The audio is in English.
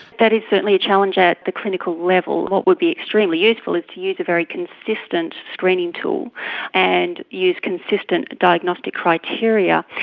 that is certainly a challenge at clinical level. what would be extremely useful is to use a very consistent screening tool and use consistent diagnostic criteria.